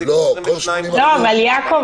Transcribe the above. יש 22 --- יעקב,